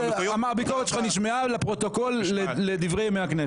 הביקורת שלך נשמעה לפרוטוקול לדברי ימי הכנסת.